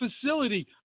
facility